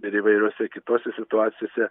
ir įvairiose kitose situacijose